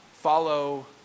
follow